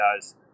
guys